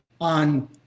on